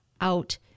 out